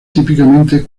típicamente